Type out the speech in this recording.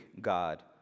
God